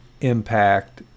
impact